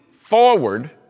forward